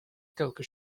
quelque